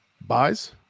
buys